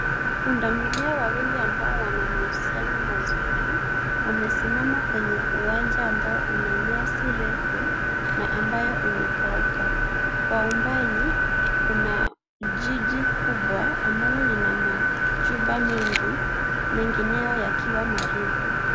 Punda milia wawili ambao wanamahusiano mazuri wamesimama kwenye uwanja ambao una nyasi ndefu na ambayo imekauka. Kwa mbali, kuna jiji kubwa ambalo lina majumba mengi, mengine yakiwa marefu.